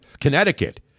Connecticut